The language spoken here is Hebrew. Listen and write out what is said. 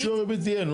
שיעור הריבית יהיה,